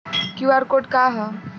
QR code का ह?